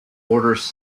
orders